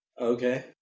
Okay